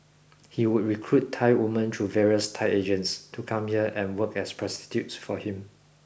he would recruit Thai women through various Thai agents to come here and work as prostitutes for him